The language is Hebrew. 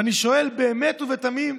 ואני שואל באמת ובתמים: